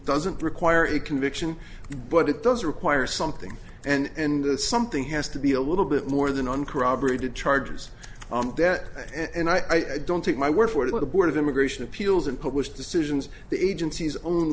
doesn't require a conviction but it does require something and that something has to be a little bit more than uncorroborated charges and i don't take my word for the board of immigration appeals and published decisions the agencies o